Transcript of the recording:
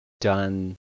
done